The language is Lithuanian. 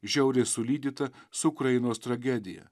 žiauriai sulydyta su ukrainos tragedija